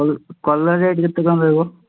ଆଉ କଲରା ରେଟ୍ କେତେ କ'ଣ ରହିବ